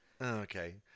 Okay